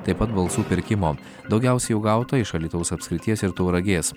taip pat balsų pirkimo daugiausia jų gauta iš alytaus apskrities ir tauragės